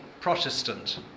Protestant